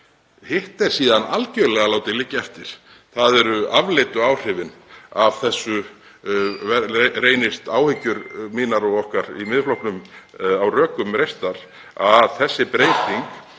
Hitt er síðan algerlega látið liggja eftir, þ.e. afleiddu áhrifin af þessu, reynist áhyggjur mínar og okkar í Miðflokknum á rökum reistar og þessi breyting